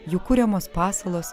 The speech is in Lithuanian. jų kuriamos pasalos